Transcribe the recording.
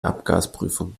abgasprüfung